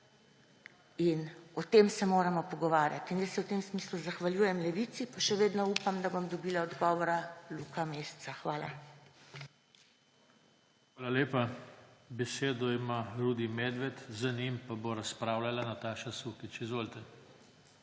In o tem se moramo pogovarjat. In jaz se v tem smislu zahvaljujem Levici, pa še vedno upam, da bom dobila odgovora Luka Mesca. Hvala. **PODPREDSEDNIK JOŽE TANKO:** Hvala lepa. Besedo ima Rudi Medved, za njim pa bo razpravljala Nataša Sukič. Izvolite.